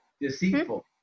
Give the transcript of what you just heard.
deceitful